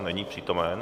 Není přítomen?